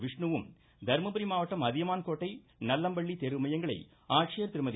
விஷ்ணுவும் தருமபுரி மாவட்டம் அதியமான்கோட்டை நல்லம்பள்ளி தேர்வுமையங்களை ஆட்சியர் திருமதி